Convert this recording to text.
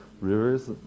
rivers